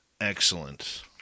Excellent